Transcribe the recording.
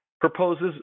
proposes